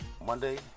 Monday